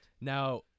Now